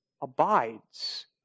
abides